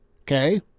okay